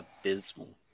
abysmal